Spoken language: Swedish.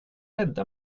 rädda